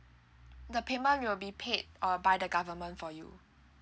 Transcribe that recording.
the payment will be paid or by the government for you